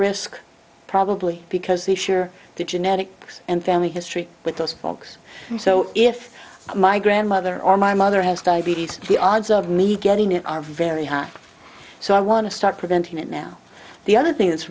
risk probably because they share the genetics and family history with those folks so if my a grandmother or my mother has diabetes the odds of me getting it are very high so i want to start preventing it now the other thing